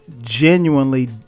genuinely